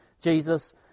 Jesus